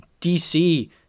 DC